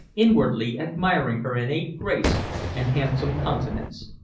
inwardly admiring her innate grace and handsome countenance.